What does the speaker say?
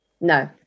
no